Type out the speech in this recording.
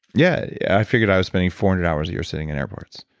yeah, i figured i was spending four hundred hours a year sitting in airports,